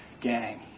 gang